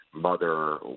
Mother